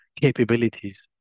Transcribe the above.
Capabilities